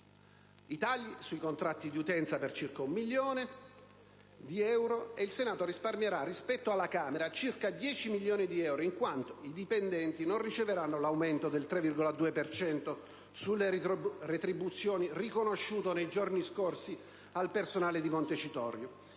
i tagli sui contratti di utenza per circa 1 milione di euro; considerato che il Senato risparmierà rispetto alla Camera circa 10 milioni di euro in quanto i dipendenti non riceveranno l'aumento del 3,2 per cento sulle retribuzioni riconosciuto nei giorni scorsi al personale di Montecitorio